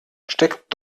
steckt